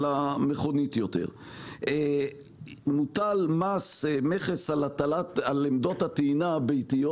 המכונית יותר; מוטל מכס על עמדות הטעינה הביתיות.